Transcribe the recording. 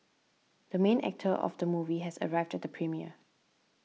the main actor of the movie has arrived at the premiere